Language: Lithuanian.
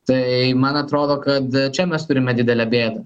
tai man atrodo kad čia mes turime didelę bėdą